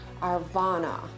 ARVANA